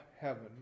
heaven